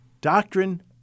doctrine